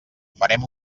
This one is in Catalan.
farem